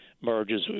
merges